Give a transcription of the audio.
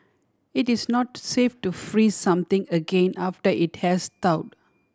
it is not safe to freeze something again after it has thawed